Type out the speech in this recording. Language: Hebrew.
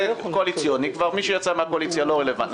קואליציוני ומי שיצא מהקואליציה לא רלוונטי.